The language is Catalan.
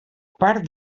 part